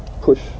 push